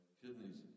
kidneys